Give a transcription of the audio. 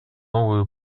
новую